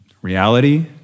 Reality